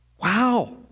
Wow